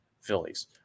Phillies